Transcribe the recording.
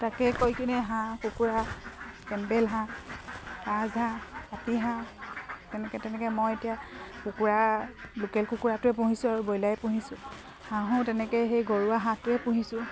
তাকে কৰি কিনে হাঁহ কুকুৰা কেম্পেল হাঁহ ৰাজহাঁহ পাতিহাঁহ তেনেকৈ তেনেকৈ মই এতিয়া কুকুৰা লোকেল কুকুৰাটোৱে পুহিছোঁ আৰু ব্ৰইলাৰেই পুহিছোঁ হাঁহো তেনেকৈ সেই ঘৰুৱা হাঁহটোৱে পুহিছোঁ